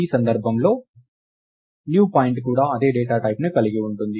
ఈ సందర్భంలో newPoint కూడా అదే డేటా టైప్ ని కలిగి ఉంటుంది